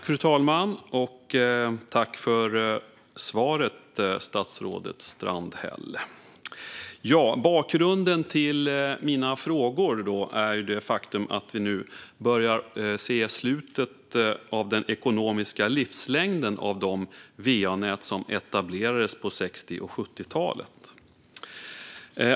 Fru talman! Tack för svaret, statsrådet Strandhäll! Bakgrunden till mina frågor är det faktum att vi nu börjar se slutet av den ekonomiska livslängden på de va-nät som etablerades på 60 och 70-talet.